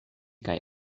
kaj